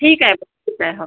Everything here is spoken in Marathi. ठीक आहे ठीक आहे